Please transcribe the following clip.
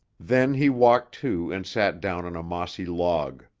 then he walked to and sat down on a mossy log.